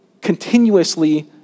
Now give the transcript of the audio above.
continuously